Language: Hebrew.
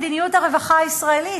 מדיניות הרווחה הישראלית.